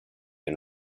and